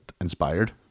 inspired